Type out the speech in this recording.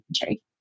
country